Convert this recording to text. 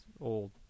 old